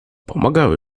pomagał